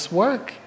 work